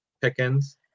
Pickens